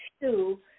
two